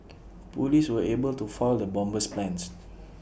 Police were able to foil the bomber's plans